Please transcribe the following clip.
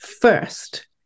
first